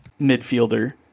midfielder